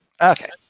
Okay